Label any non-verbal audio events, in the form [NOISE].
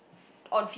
[BREATH]